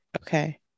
okay